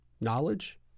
knowledge